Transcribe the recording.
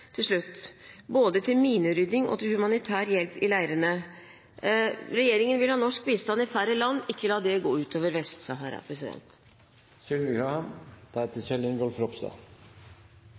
til slutt – når det gjelder både minerydding og humanitær hjelp i leirene. Regjeringen vil ha norsk bistand i færre land. Ikke la det gå